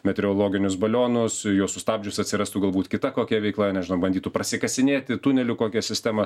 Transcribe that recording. metrologinius balionus juos sustabdžius atsirastų galbūt kita kokia veikla nežinau bandytų prasikasinėti tunelių kokią sistemą